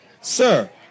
Sir